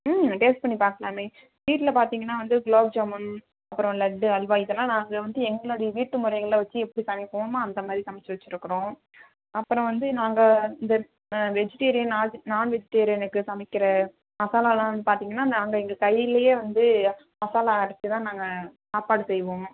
ம் டேஸ்ட் பண்ணி பார்க்கலாமே வீட்டில் பார்த்தீங்கன்னா வந்து குலோப் ஜாமுன் அப்புறம் லட்டு அல்வா இதெல்லாம் நாங்கள் வந்து எங்களுடைய வீட்டு முறையில் வச்சு எப்படி சமைக்கிறோமோ அந்தமாதிரி சமைத்து வச்சுருக்குறோம் அப்புறம் வந்து நாங்கள் இந்த வெஜ்டேரியன் நாது நான்வெஜ்டேரியனுக்கு சமைக்கிற மசாலாவெல்லாம் வந்து பார்த்தீங்கன்னா நாங்கள் எங்கள் கையிலேயே வந்து மசாலா அரைச்சிதான் நாங்கள் சாப்பாடு செய்வோம்